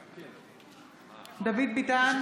בעד דוד ביטן,